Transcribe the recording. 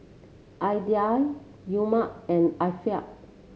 Aidil Umar and Afiq